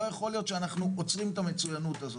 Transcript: לא יכול להיות שאנחנו עומרים את המצוינות הזאת,